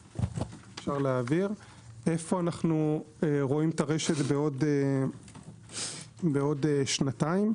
איפה אנו רואים את הרשת בעוד שנתיים,